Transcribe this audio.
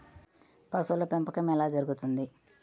పశువుల పెంపకం ఎలా జరుగుతుంది?